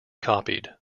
copied